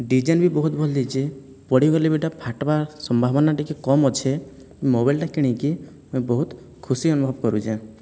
design ବି ବହୁତ ଭଲ ଦେଇଛି ପଡ଼ିଗଲେ ବି ଏଇଟା ଫାଟିବା ସମ୍ଭାବନା ଟିକିଏ କମ୍ ଅଛି ମୋବାଇଲ୍ଟା କିଣିକି ମୁଁ ବହୁତ ଖୁସି ଅନୁଭବ କରୁଛି